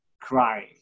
crying